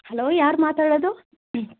hello ಯಾರು ಮಾತಾಡೋದು ಹ್ಞೂ